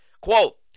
Quote